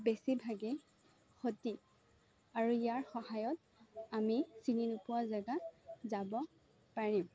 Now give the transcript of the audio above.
বেছিভাগে সঠিক আৰু ইয়াৰ সহায়ত আমি চিনি নোপোৱা জাগাত যাব পাৰিম